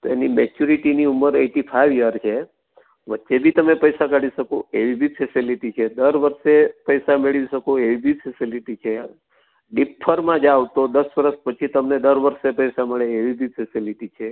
તો તેની મેચ્યુરીટી ની ઉમર એઈટી ફાઇવ યર છે વચ્ચે બી તમે પૈસા કાઢી શકો એવી જ ફેસીલીટી છે દર વર્ષે પૈસા મેળવી શકો એવી બી ફેસએલિટી છે ડીફરમાં જાવ તો દસ વર્ષ પછી તમને દર વર્ષે પૈસા મળે એવી બી ફેસીલીટી છે